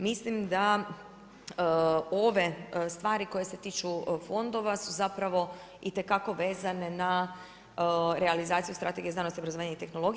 Mislim da ove stvari koje se tiču fondova su zapravo itekako vezane na realizaciju Strategije znanosti, obrazovanja i tehnologije.